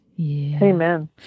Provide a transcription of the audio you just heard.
Amen